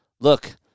Look